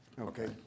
Okay